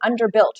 underbuilt